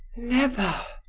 never!